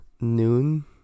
noon